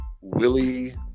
Willie